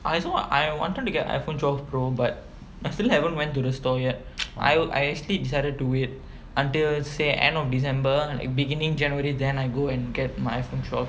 I also want I wanted to get iphone twelve pro but I still haven't went to the store yet I I actually decided to wait until say end of december like beginning january then I go and get my iphone twelve